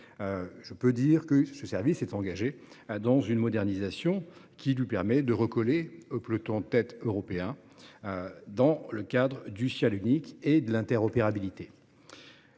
aujourd'hui que ce service public est engagé dans une modernisation qui lui permet de rejoindre le peloton de tête européen dans le cadre du « ciel unique » et de l'interopérabilité.